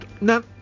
No